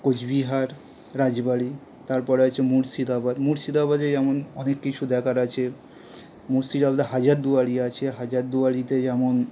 কোচবিহার রাজবাড়ি তারপরে আছে মুর্শিদাবাদ মুর্শিদাবাদে যেমন অনেক কিছু দেখার আছে মুর্শিদাবাদে হাজারদুয়ারী আছে হাজারদুয়ারীতে যেমন